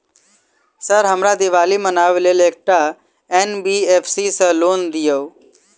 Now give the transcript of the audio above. Sir हमरा दिवाली मनावे लेल एकटा एन.बी.एफ.सी सऽ लोन दिअउ?